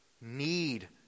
need